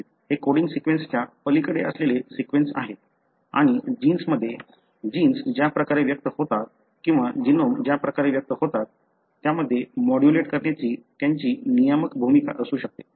हे कोडिंग सीक्वेन्सच्या पलीकडे असलेले सीक्वेन्स आहेत आणि जीन्समध्ये जीन्स ज्या प्रकारे व्यक्त होतात किंवा जीनोम ज्या प्रकारे व्यक्त होतात त्यामध्ये मोड्युलेट करण्यात त्यांची नियामक भूमिका असू शकते